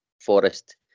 forest